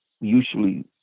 usually